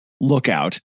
lookout